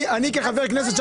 אני כחבר כנסת,